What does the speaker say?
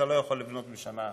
אתה לא יכול לבנות בשנה אחת.